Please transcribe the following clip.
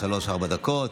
שלוש-ארבע דקות.